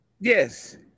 Yes